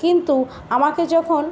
কিন্তু আমাকে যখন